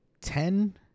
Ten